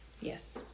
yes